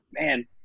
man